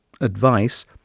advice